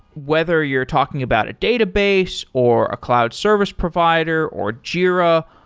whether you're talking about a database, or a cloud service provider, or jira.